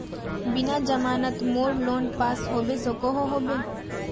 बिना जमानत मोर लोन पास होबे सकोहो होबे?